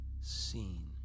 seen